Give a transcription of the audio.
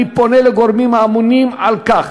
אני פונה לגורמים האמונים על כך